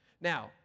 Now